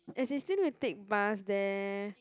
as in still need to take bus there